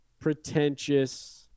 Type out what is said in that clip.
pretentious